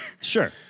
Sure